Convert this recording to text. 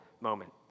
moment